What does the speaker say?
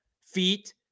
Feet